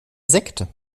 sekte